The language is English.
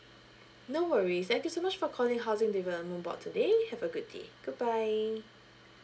no worries thank you so much for calling housing development board today have a good day goodbye